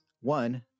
One